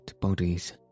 bodies